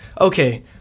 okay